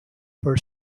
for